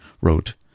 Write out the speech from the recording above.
wrote